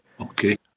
Okay